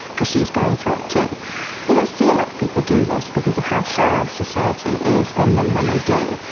because she's going through it, too. you don't see a lot of people do this because of how hard society is on them when they do.